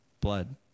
blood